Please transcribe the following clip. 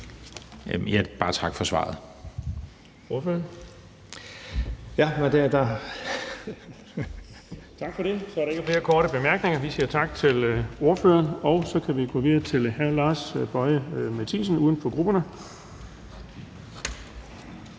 bare sige tak for svaret.